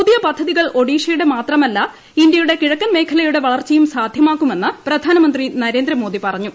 പുതിയ പദ്ധതികൾ ഒഡീഷയുടെ മാത്രമല്ല ഇന്ത്യയുടെ കിഴക്കൻ മേഖലയുടെ വളർച്ചയും സാധൃമാക്കുമെന്ന് പ്രധാനമന്ത്രി നരേന്ദ്രമോദി പറഞ്ഞു